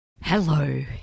Hello